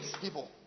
people